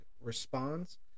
responds